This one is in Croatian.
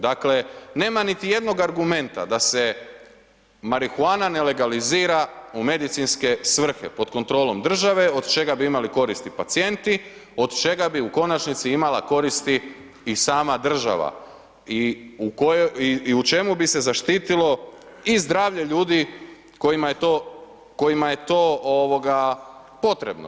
Dakle, nema niti jednog argumenta da se marihuana ne legalizira u medicinske svrhe pod kontrolom države od čega bi imali koristi pacijenti, od čega bi u konačnici imala koristi i sama država i u čemu bi se zaštitilo i zdravlje ljudi kojima je to potrebno.